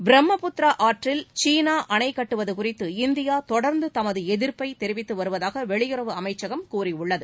பிரம்மபுத்திரா அற்றில் சீனா அணை கட்டுவது குறித்து இந்தியா தொடர்ந்து தமது எதிர்ப்பை தெரிவித்து வருவதாக வெளியுறவு அமைச்சகம் கூறியுள்ளது